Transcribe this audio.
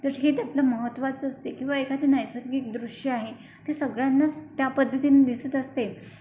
तर हे त्यातलं महत्त्वाचं असते किंवा एखाद नैसर्गिक दृश्य आहे ते सगळ्यांनाच त्या पद्धतीने दिसत असते